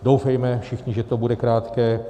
Doufejme všichni, že to bude krátké.